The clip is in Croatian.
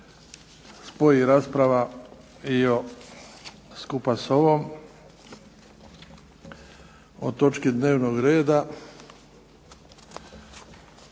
spoji rasprava i o skupa s ovom o točki dnevnog reda